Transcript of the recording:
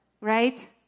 right